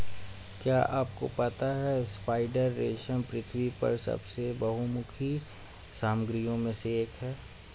क्या आपको पता है स्पाइडर रेशम पृथ्वी पर सबसे बहुमुखी सामग्रियों में से एक है?